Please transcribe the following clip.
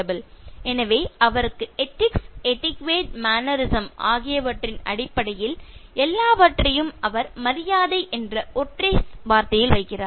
" எனவே அவருக்கு ethics etiquette mannerisms ethics etiquette mannerisms ஆகியவற்றின் அடிப்படையில் எல்லாவற்றையும் அவர் மரியாதை என்ற ஒற்றை வார்த்தையில் வைக்கிறார்